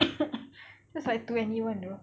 just like two N E one though